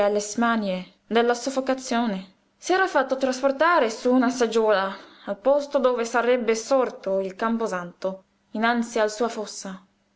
smanie della soffocazione s'era fatto trasportare su una seggiola al posto dove sarebbe sorto il camposanto innanzi alla sua fossa